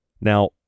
Now